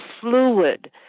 fluid